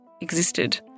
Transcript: existed